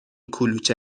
کلوچه